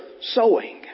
sowing